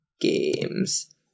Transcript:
games